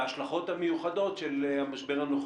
בהשלכות המיוחדות של המשבר הנוכחי?